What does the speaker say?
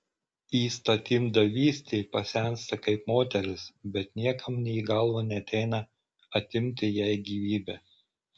įstatymdavystė pasensta kaip moteris bet niekam nė į galvą neateina atimti jai gyvybę